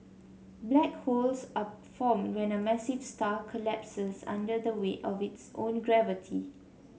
black holes are formed when a massive star collapses under the weight of its own gravity